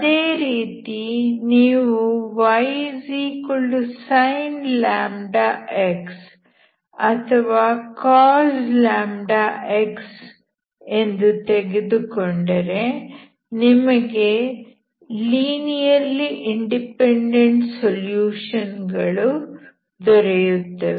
ಅದೇ ರೀತಿ ನೀವು ysin x ಅಥವಾ cos x ಎಂದು ತೆಗೆದುಕೊಂಡರೆ ನಿಮಗೆ ಲೀನಿಯರ್ಲಿ ಇಂಡಿಪೆಂಡೆಂಟ್ ಸೊಲ್ಯೂಷನ್ ಗಳು ದೊರೆಯುತ್ತವೆ